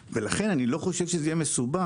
לכן, אני לא חושב שזה יהיה מסובך